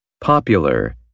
Popular